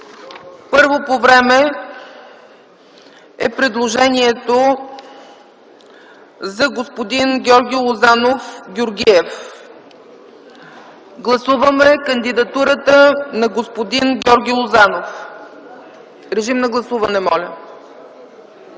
Първо по време е предложението за господин Георги Лозанов Георгиев. Гласуваме кандидатурата на господин Георги Лозанов. Режим на гласуване, моля.